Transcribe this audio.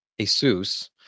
Asus